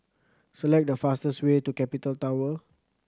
select the fastest way to Capital Tower